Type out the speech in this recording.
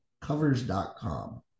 Covers.com